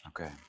Okay